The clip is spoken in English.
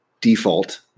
default